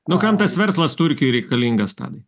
nu kam tas verslas turkijoj reikalingas ten